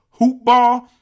HOOPBALL